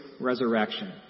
resurrection